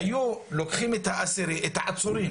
היו לוקחים את העצורים